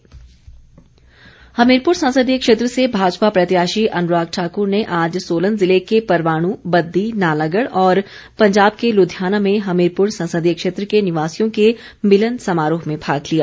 अनुराग हमीरपुर संसदीय क्षेत्र से भाजपा प्रत्याशी अनुराग ठाक्र ने आज सोलन ज़िले के परवाणू बद्दी नालागढ़ और पंजाब के लुधियाना में हमीरपुर संसदीय क्षेत्र के निवासियों के मिलन समारोह में भाग लिया